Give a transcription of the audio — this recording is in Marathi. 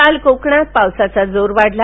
काल कोकणात पावसाचा जोर वाढला